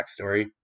backstory